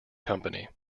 company